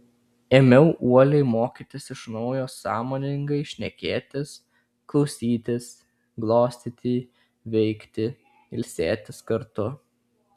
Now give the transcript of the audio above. ėmiau uoliai mokytis iš naujo sąmoningai šnekėtis klausytis glostyti veikti ilsėtis kartu